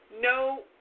no